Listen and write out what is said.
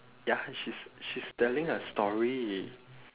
ya she's she's telling a story